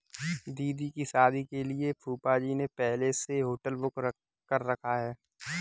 दीदी की शादी के लिए फूफाजी ने पहले से होटल बुक कर रखा है